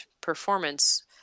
performance